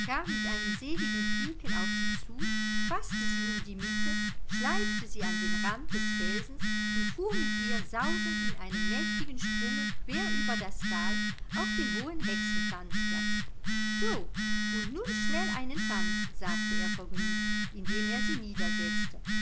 mit einem seligen quieken auf sie zu faßte sie um die mitte schleifte sie an den rand des felsens und fuhr mit ihr sausend in einem mächtigen sprunge quer über das tal auf den hohen hexentanzplatz so und nun schnell einen tanz sagte er vergnügt indem er sie